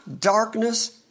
darkness